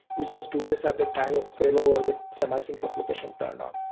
we just do this at the time of failover with semi-sync replication turned on.